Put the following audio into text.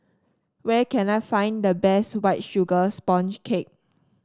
where can I find the best White Sugar Sponge Cake